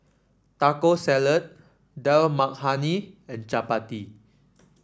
Taco Salad Dal Makhani and Chapati